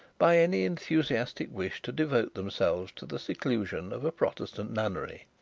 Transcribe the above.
by any enthusiastic wish to devote themselves to the seclusion of a protestant nunnery.